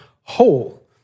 whole